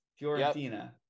Fiorentina